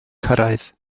cyrraedd